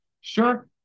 sure